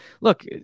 look